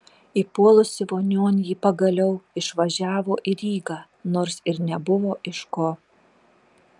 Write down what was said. įpuolusi vonion ji pagaliau išvažiavo į rygą nors ir nebuvo iš ko